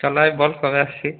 চল আয় বল কবে আসছিস